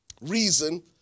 reason